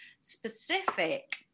specific